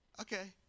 okay